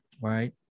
right